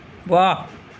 ৱাহ